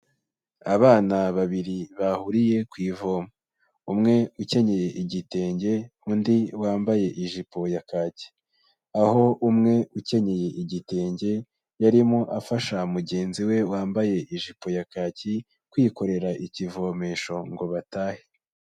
Abana babiri bahuriye ku ivomo: umwe ukenyeye igitenge, undi wambaye ijipo ya kaki, aho umwe ukenyeye igitenge, yarimo afasha mugenzi we wambaye ijipo ya kaki, kwikorera ikivomesho ngo batahe.